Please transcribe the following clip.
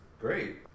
great